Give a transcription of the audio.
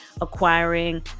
acquiring